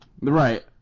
right